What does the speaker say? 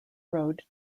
road